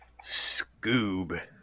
Scoob